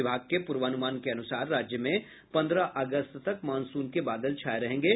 विभाग के पूर्वानुमान के अनुसार राज्य में पन्द्रह अगस्त तक मॉनसून के बादल छाये रहेंगे